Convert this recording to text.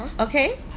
Okay